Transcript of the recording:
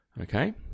Okay